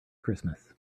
christmas